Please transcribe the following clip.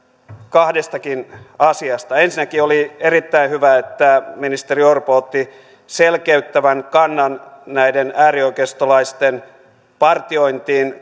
kahdestakin asiasta ensinnäkin oli erittäin hyvä että ministeri orpo otti selkeyttävän kannan näiden äärioikeistolaisten partiointiin